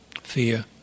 fear